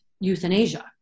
euthanasia